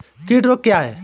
कीट रोग क्या है?